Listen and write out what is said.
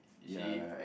you see